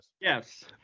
Yes